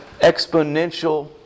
exponential